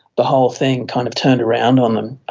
the whole thing kind of turned around on them.